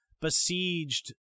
Besieged